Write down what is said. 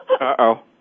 Uh-oh